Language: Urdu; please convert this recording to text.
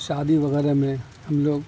شادی وغیرہ میں ہم لوگ